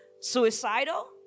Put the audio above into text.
suicidal